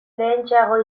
lehentxeago